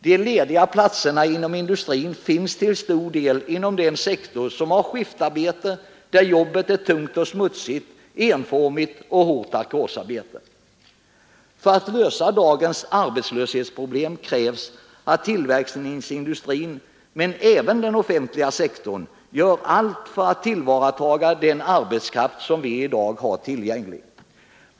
De lediga platserna inom industrin finns till stor del inom den sektor som har skiftarbete, där jobbet är tungt och smutsigt, enformigt och hårt ackordsarbete. För att lösa dagens arbetslöshetsproblem krävs att tillverkningsindustrin — men även den offentliga sektorn — gör allt för att tillvarata den arbetskraft som vi i dag har tillgänglig.